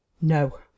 no